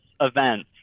events